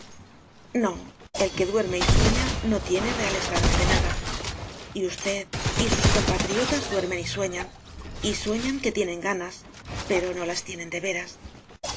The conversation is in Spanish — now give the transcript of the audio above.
no el que duerme y sueña no tiene reales ganas de nada y usted y sus compatriotas duermen y sueñan y sueñan que tienen ganas pero no las tienen de veras